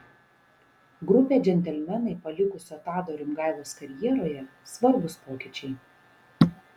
grupę džentelmenai palikusio tado rimgailos karjeroje svarbūs pokyčiai